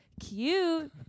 cute